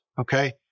okay